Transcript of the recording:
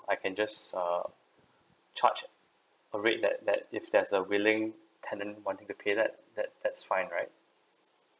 I can just err charge a rate that that if there's a willing tenant wanting to pay that that that's fine right